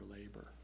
labor